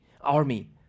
army